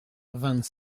vingt